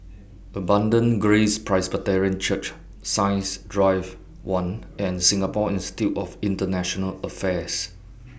Abundant Grace Presbyterian Church Science Drive one and Singapore Institute of International Affairs